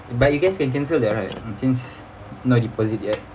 but you guys can cancel that right since no deposit yet